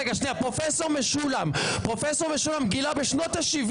רגע, שנייה, פרופ' משולם גילה בשנות ה-70